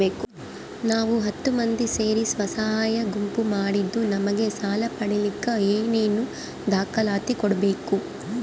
ನಾವು ಹತ್ತು ಮಂದಿ ಸೇರಿ ಸ್ವಸಹಾಯ ಗುಂಪು ಮಾಡಿದ್ದೂ ನಮಗೆ ಸಾಲ ಪಡೇಲಿಕ್ಕ ಏನೇನು ದಾಖಲಾತಿ ಕೊಡ್ಬೇಕು?